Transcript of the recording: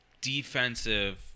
defensive